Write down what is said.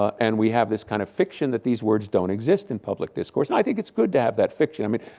and we have this kind of fiction that these words don't exist in public discourse and i think it's good to have that fiction, i mean,